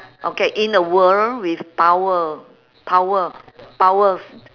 okay in a world with power power powers